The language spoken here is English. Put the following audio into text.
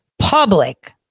public